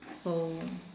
so